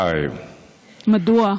מדוע?